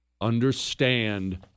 Understand